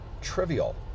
trivial